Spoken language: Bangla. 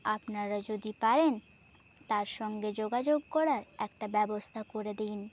আপনারা যদি পারেন তার সঙ্গে যোগাযোগ করার একটা ব্যবস্থা করে দিন